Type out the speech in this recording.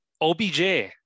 OBJ